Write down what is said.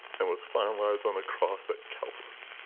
and was finalized on the cross at calvary.